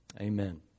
Amen